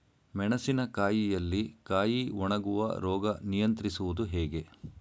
ಮೆಣಸಿನ ಕಾಯಿಯಲ್ಲಿ ಕಾಯಿ ಒಣಗುವ ರೋಗ ನಿಯಂತ್ರಿಸುವುದು ಹೇಗೆ?